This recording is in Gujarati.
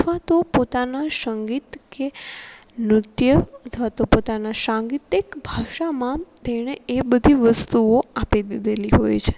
અથવા તો પોતાનાં સંગીત કે નૃત્ય અથવા તો પોતાનાં સાહિત્યિક ભાષામાં તેણે એ બધી વસ્તુઓ આપી દીધેલી હોય છે